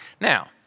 Now